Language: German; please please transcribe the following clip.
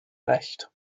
recht